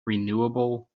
renewable